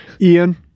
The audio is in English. Ian